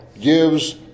gives